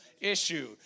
issue